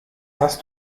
hast